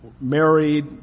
married